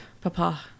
Papa